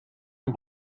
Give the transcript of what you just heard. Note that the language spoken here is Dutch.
aan